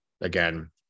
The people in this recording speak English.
again